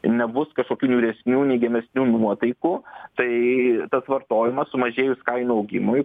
nebus kažkokių niūresnių neigiamesnių nuotaikų tai tas vartojimas sumažėjus kainų augimui